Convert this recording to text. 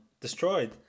destroyed